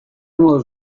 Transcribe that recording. moduz